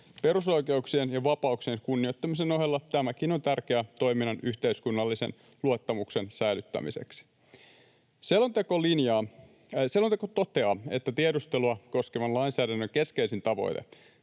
Perusoikeuksien ja vapauksien kunnioittamisen ohella tämäkin on tärkeä toiminnan yhteiskunnallisen luottamuksen säilyttämiseksi. Selonteko toteaa, että tiedustelua koskevan lainsäädännön keskeisin tavoite,